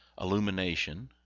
Illumination